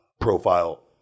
profile